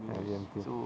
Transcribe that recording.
ya B_M_T